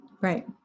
Right